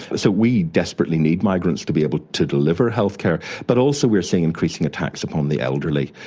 so we desperately need migrants to be able to deliver healthcare. but also we're seeing increasing attacks upon the elderly,